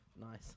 Nice